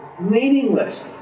meaningless